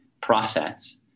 process